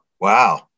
wow